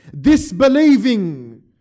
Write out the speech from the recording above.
disbelieving